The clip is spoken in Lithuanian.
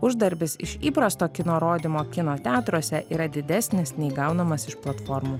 uždarbis iš įprasto kino rodymo kino teatruose yra didesnis nei gaunamas iš platformų